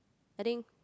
I think